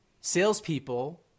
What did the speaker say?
Salespeople